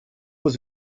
was